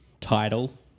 title